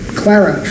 Clara